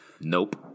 Nope